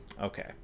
okay